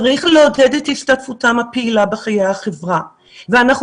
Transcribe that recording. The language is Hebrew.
צריך לעודד את השתתפותם הפעילה בחיי החברה ואנחנו